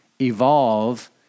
evolve